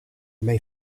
may